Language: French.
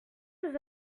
nous